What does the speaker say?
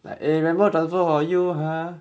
like eh remember transfer hor you !huh!